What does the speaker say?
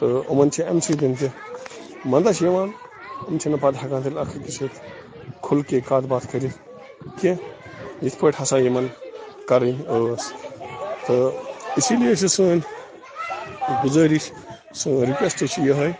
تہٕ یِمَن چھِ اَمہِ سۭتۍ تہِ مندچھ یِوان یِم چھِنہٕ پَتہٕ ہٮ۪کان کٔرِتھ اَکھ أکِس سۭتۍ کھُل کے کَتھ باتھ کٔرِتھ کینٛہہ یِتھ پٲٹھۍ ہَسا یِمَن کَرٕنۍ ٲس تہٕ اسی لیے چھِ سٲنۍ گُزٲرِش سٲنۍ رِکوٮ۪سٹ چھِ یِہوٚے